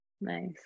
nice